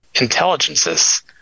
intelligences